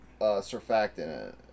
surfactant